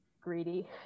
greedy